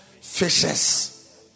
fishes